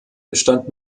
bestand